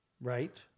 Right